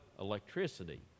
electricity